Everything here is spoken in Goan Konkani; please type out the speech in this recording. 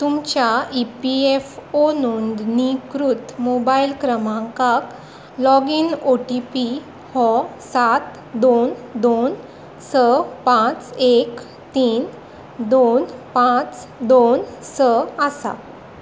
तुमच्या ई पी एफ ओ नोंदणीकृत मोबायल क्रमांकाक लॉगीन ओटीपी हो सात दोन दोन स पांच एक तीन दोन पांच दोन स आसा